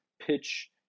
pitch